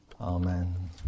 Amen